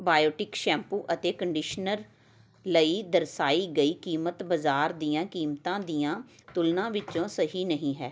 Biotique shampoo ਅਤੇ conditioner ਲਈ ਦਰਸਾਈ ਗਈ ਕੀਮਤ ਬਾਜ਼ਾਰ ਦੀਆਂ ਕੀਮਤਾਂ ਦੀਆਂ ਤੁਲਨਾ ਵਿੱਚੋਂ ਸਹੀ ਨਹੀਂ ਹੈ